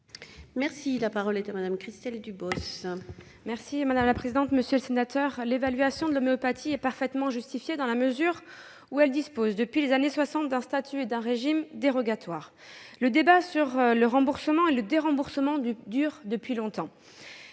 La parole est à Mme la secrétaire d'État. Monsieur le sénateur, l'évaluation de l'homéopathie est parfaitement justifiée dans la mesure où elle dispose, depuis les années soixante, d'un statut et d'un régime dérogatoires. Le débat sur le remboursement et le déremboursement dure depuis longtemps.